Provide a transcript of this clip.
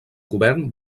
govern